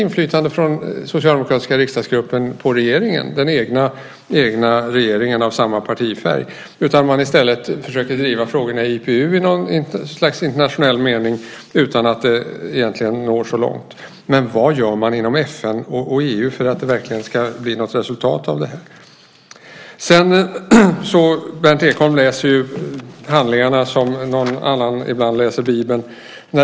Har den socialdemokratiska riksdagsgruppen inte något inflytande på den egna regeringen av samma partifärg utan försöker i stället driva frågorna i IPU i något slags internationell mening utan att nå så långt? Vad gör man inom FN och EU för att det verkligen ska bli något resultat av detta? Berndt Ekholm läser handlingarna som någon annan ibland läser Bibeln.